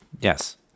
yes